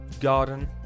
garden